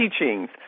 teachings